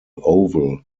oval